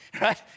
Right